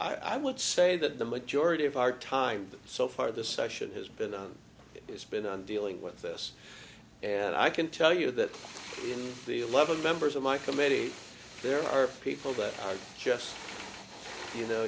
so i would say that the majority of our time so far this session has been has been dealing with this and i can tell you that in the eleven members of my committee there are people that are just you know